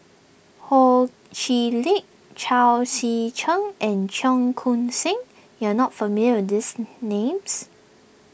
Ho Chee Lick Chao Tzee Cheng and Cheong Koon Seng you are not familiar with these names